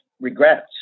regrets